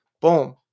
Boom